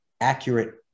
accurate